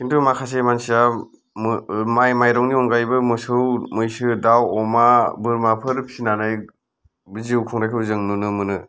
खिन्थु माखासे मानसिया माइ माइरंनि अनगायैबो मोसौ मैसो दाउ अमा बोरमाफोर फिसिनानै जिउ खुंनायखौ जों नुनो मोनो